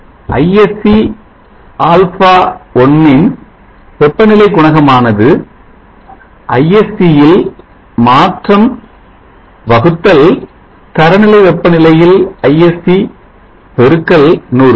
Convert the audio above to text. ISC αi ன் வெப்பநிலை குணகமானது ISC ல் மாற்றம் வகுத்தல் தரநிலை வெப்பநிலையில் ISC பெருக்கல் 100